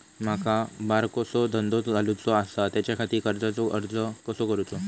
माका बारकोसो धंदो घालुचो आसा त्याच्याखाती कर्जाचो अर्ज कसो करूचो?